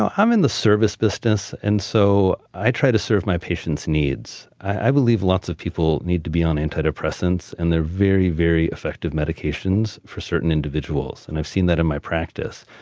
i'm in the service business and so i try to serve my patient's needs. i believe lots of people need to be on antidepressants and their very very effective medications for certain individuals, and i've seen that in my practice.